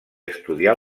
estudiar